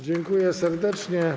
Dziękuję serdecznie.